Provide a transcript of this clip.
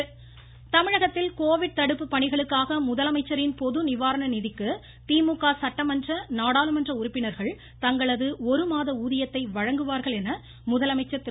உறுப்பினர்கள் ஊதியம் தமிழகத்தில் கோவிட் தடுப்பு பணிகளுக்காக முதலமைச்சரின் பொது நிவாரண நிதிக்கு திமுக சட்டமன்ற நாடாளுமன்ற உறுப்பினர்கள் தங்களது ஒருமாத ஊதியத்தை வழங்குவார்கள் என முதலமைச்சர் திரு